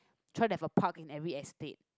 try to have a park in every estate